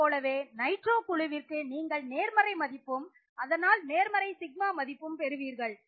இதைப்போலவே நைட்ரோ குழுவிற்கு நீங்கள் நேர்மறை மதிப்பும் அதனால் நேர்மறை σ மதிப்பும் பெறுவீர்கள்